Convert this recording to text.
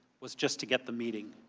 was just to get the meeting.